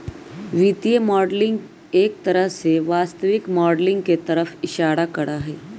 वित्तीय मॉडलिंग एक तरह से वास्तविक माडलिंग के तरफ इशारा करा हई